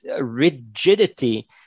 rigidity